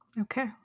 Okay